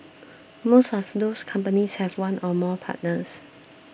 most of those companies have one or more partners